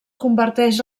converteix